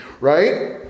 right